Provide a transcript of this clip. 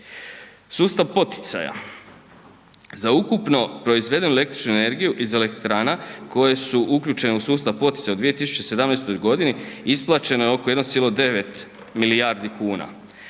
Sustav poticaja za ukupno proizvedenu električnu energiju iz elektrana koje su uključene u sustav poticanja u 2017. godini isplaćeno je oko 1,9 milijardi kuna.